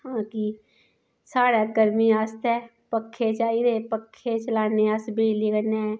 हां कि साढ़ै गर्मी आस्तै पक्खे चाहिदे पक्खे चलाने अस बिजली कन्नै